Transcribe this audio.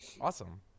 Awesome